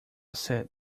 said